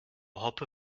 hoppe